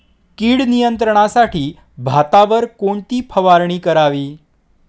कीड नियंत्रणासाठी भातावर कोणती फवारणी करावी?